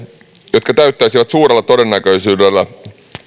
jotka täyttäisivät suurella todennäköisyydellä